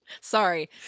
Sorry